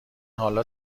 حالا